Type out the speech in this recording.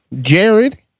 Jared